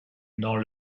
dans